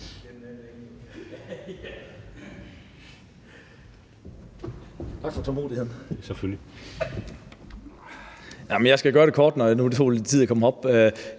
Jeg skal gøre det kort, når det nu tog lidt tid at komme herop.